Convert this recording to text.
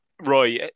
Roy